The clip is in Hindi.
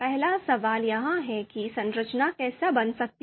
पहला सवाल यह है कि संरचना कैसे बन सकती है